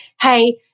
hey